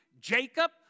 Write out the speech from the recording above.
Jacob